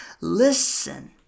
Listen